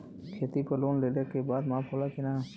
खेती पर लोन लेला के बाद माफ़ होला की ना?